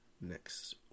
Next